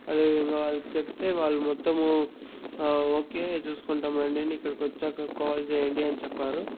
అదే విధంగా వాళ్ళకి చెప్తే వాళ్ళు మొత్తము ఓకే చూసుకుంటాం రాండీ అని ఇక్కడికొచ్చాక కాల్ చేయండి అని చెప్పారు